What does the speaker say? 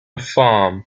farm